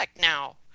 now